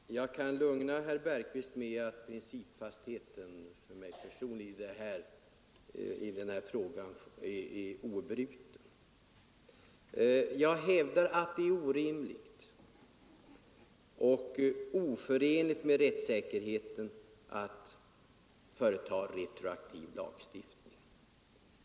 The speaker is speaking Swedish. Herr talman! Jag kan lugna herr Bergqvist med att min personliga prinvpfasthet i den här frågan är obruten. Jag hävdar att det är orimligt och oförenligt med rättssäkerheten att företa retroaktiv lagstiftning.